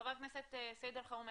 חבר הכנסת סעיד אלחרומי,